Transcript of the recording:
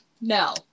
No